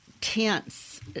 tense